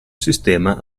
sistema